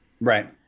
Right